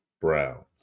Browns